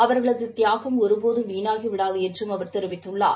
அவர்களது தியாகம் ஒரு போதும் வீணாகிவிடாது என்றும் அவர் தெரிவித்துள்ளார்